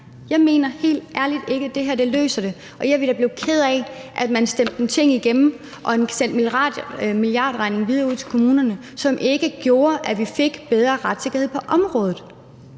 Jeg mener helt ærligt ikke, at det her løser det, og jeg ville da blive ked af, at man stemte nogle ting igennem og sendte en milliardregning videre ud til kommunerne, som ikke gjorde, at vi fik bedre retssikkerhed på området.